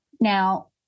Now